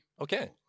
Okay